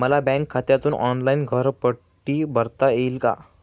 मला बँक खात्यातून ऑनलाइन घरपट्टी भरता येईल का?